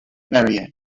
barrier